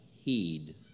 Heed